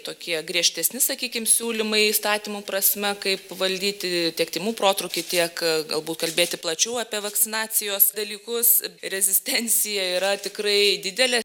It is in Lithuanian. tokie griežtesni sakykim siūlymai įstatymų prasme kaip valdyti tiek tymų protrūkį tiek galbūt kalbėti plačiau apie vakcinacijos dalykus rezistencija yra tikrai didelė